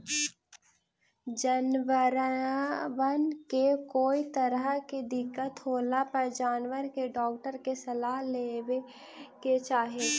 जनबरबन के कोई तरह के दिक्कत होला पर जानबर के डाक्टर के सलाह लेबे के चाहि